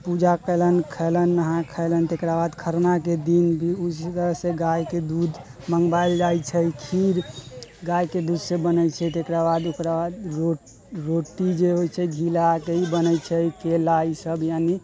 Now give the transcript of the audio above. पूजा कयलनि खैलनि नहाय खेलैन तेकरा बाद खरनाके दिन उसी तरहसँ गाय दूध मँगबायल जाइ छै खीर गायके दूधसँ बनै छै तकरा बाद ओकरा बाद रोटी जे होइ छै घी लगाके ही बनै छै केला ई सब यानि